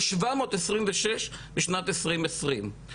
לשבע מאות עשרים ושש בשנת 2020,